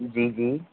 जी जी